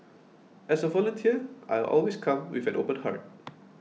as a volunteer I always come with an open heart